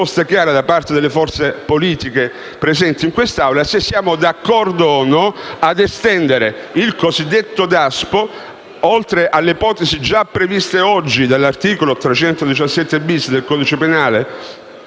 ascoltata - da parte della forze politiche presenti in quest'Assemblea: siamo d'accordo o no ad estendere il cosiddetto DASPO, oltre alle ipotesi già previste oggi dall'articolo 317-*bis* del codice penale,